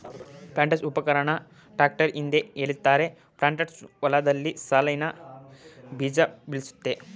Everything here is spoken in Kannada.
ಪ್ಲಾಂಟರ್ಸ್ಉಪಕರಣನ ಟ್ರಾಕ್ಟರ್ ಹಿಂದೆ ಎಳಿತಾರೆ ಪ್ಲಾಂಟರ್ಸ್ ಹೊಲ್ದಲ್ಲಿ ಸಾಲ್ನಲ್ಲಿ ಬೀಜಬಿತ್ತುತ್ತೆ